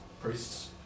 Priests